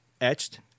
etched